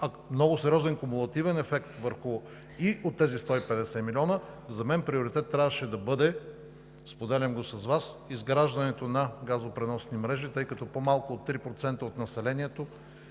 много сериозен кумулативен ефект върху и от тези 150 милиона, за мен приоритет трябваше да бъде, споделям го с Вас, изграждането на газопреносни мрежи, тъй като по-малко от 3% от населението